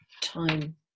time